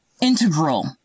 integral